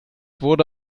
wurde